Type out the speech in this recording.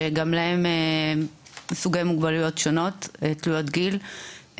שגם להם סוגי מוגבלויות שונות תלויות גיל,